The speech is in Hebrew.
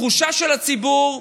התחושה של הציבור,